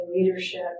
leadership